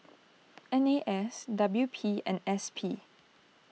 N A S W P and S P